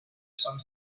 some